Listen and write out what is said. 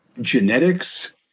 genetics